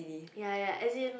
ya ya as in